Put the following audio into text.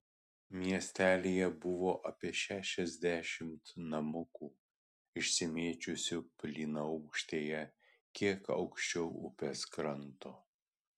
miestelyje buvo apie šešiasdešimt namukų išsimėčiusių plynaukštėje kiek aukščiau upės kranto